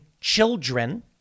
children